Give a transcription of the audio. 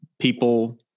people